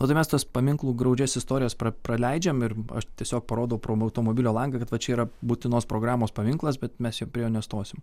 nu tai mes tas paminklų graudžias istorijas praleidžiam ir aš tiesiog parodau pro automobilio langą kad va čia yra būtinos programos paminklas bet mes jo prie jo nestosim